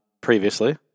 previously